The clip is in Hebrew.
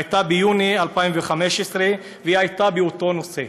הייתה ביוני 2015, והיא הייתה באותו נושא.